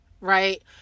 right